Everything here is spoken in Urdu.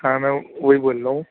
ہاں میں وہی بول رہا ہوں